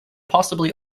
possibly